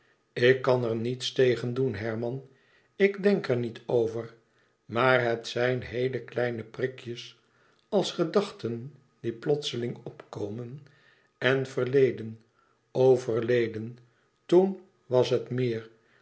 ik kan er niets tegen doen herman ik denk er niet over maar het zijn heele kleine prikjes als gedachten die plotseling opkomen en verleden o verleden toen was het meer